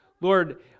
Lord